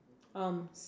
arms